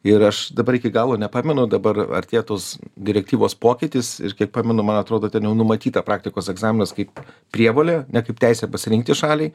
ir aš dabar iki galo nepamenu dabar artėja tos direktyvos pokytis ir kiek pamenu man atrodo ten jau numatyta praktikos egzaminas kaip prievolė ne kaip teisė pasirinkti šaliai